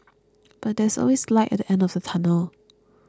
but there is always light at the end of the tunnel